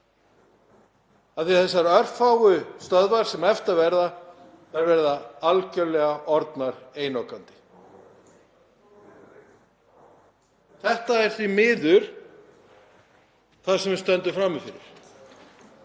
að þessar örfáu stöðvar sem eftir verða verða algerlega einokandi. Þetta er því miður það sem við stöndum frammi